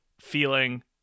feeling